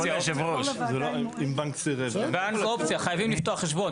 --- אופציה, חייבים לפתוח חשבון.